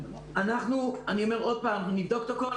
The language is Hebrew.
אני אומר עוד פעם, אנחנו נבדוק את הכול.